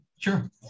Sure